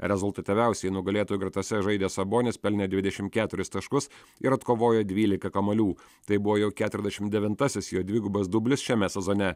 rezultatyviausiai nugalėtojų gretose žaidęs sabonis pelnė dvidešimt keturis taškus ir atkovojo dvylika kamuolių tai buvo jau keturiasdešimt devintasis jo dvigubas dublis šiame sezone